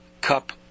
cup